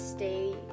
Stay